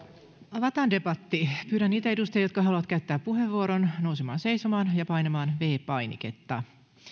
avataan debatti pyydän niitä edustajia jotka haluavat käyttää puheenvuoron nousemaan seisomaan ja painamaan viides painiketta